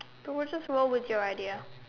don't worry just roll with your idea